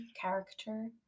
character